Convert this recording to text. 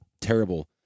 terrible